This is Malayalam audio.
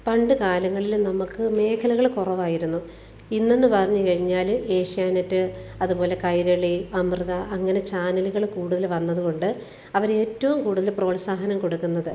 പണ്ടു കാലങ്ങളിൽ നമുക്ക് മേഖലകൾ കുറവായിരുന്നു ഇന്ന് എന്ന് പറഞ്ഞു കഴിഞ്ഞാൽ ഏഷ്യാനെറ്റ് അതുപോലെ കൈരളി അമൃത അങ്ങനെ ചാനലുകൾ കൂടുതൽ വന്നത് കൊണ്ട് അവരേറ്റവും കൂടുതൽ പ്രോത്സാഹനം കൊടുക്കുന്നത്